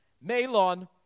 Malon